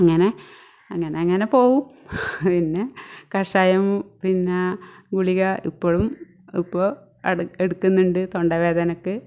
അങ്ങനെ അങ്ങനങ്ങനെ പോവും പിന്നെ കഷായം പിന്നെ ഗുളിക ഇപ്പോഴും ഇപ്പം എടുക്കും എടുക്കുന്നുണ്ട് തൊണ്ട വേദനക്ക്